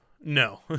No